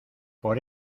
por